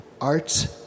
arts